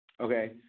okay